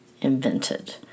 invented